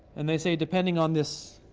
and they say, depending on this